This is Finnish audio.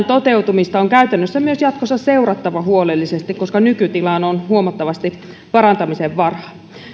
toteutumista on käytännössä myös jatkossa seurattava huolellisesti koska nykytilaan on huomattavasti parantamisen varaa